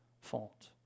fault